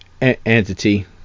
entity